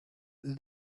that